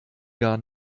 gar